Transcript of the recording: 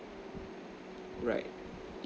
right